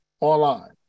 online